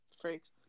freaks